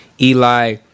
Eli